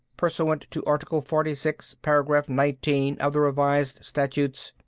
pursuant to article forty six, paragraph nineteen of the revised statutes.